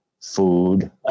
food